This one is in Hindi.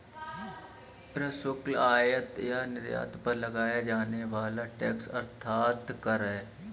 प्रशुल्क, आयात या निर्यात पर लगाया जाने वाला टैक्स अर्थात कर है